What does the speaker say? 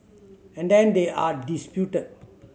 and then they are disputed